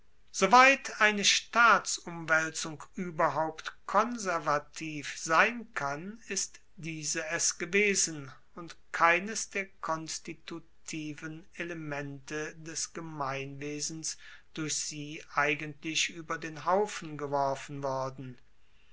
soweit eine staatsumwaelzung ueberhaupt konservativ sein kann ist diese es gewesen und keines der konstitutiven elemente des gemeinwesens durch sie eigentlich ueber den haufen geworfen worden